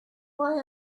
why